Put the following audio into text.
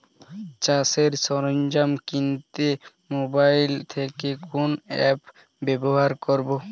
চাষের সরঞ্জাম কিনতে মোবাইল থেকে কোন অ্যাপ ব্যাবহার করব?